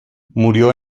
murió